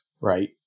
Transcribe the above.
Right